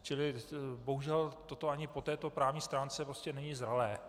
Čili bohužel, toto ani po této právní stránce prostě není zralé.